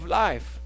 life